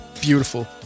beautiful